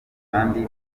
kandi